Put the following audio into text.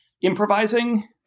improvising